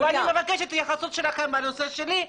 אני מבקשת התייחסות שלכם בנושא שלי,